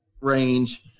range